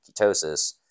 ketosis